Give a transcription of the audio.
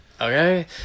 okay